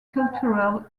cultural